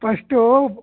first